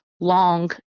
long